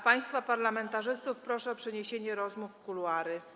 Państwa parlamentarzystów proszę o przeniesienie rozmów w kuluary.